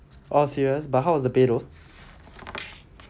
oh serious but how is the pay though